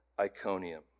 Iconium